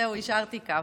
זהו, ישרתי קו.